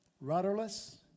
rudderless